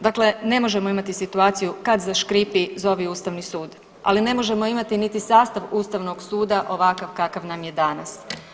Dakle, ne možemo imati situaciju kad zaškripi zovi Ustavni sud, ali ne možemo imati niti sastav Ustavnog suda ovakav kakav nam je danas.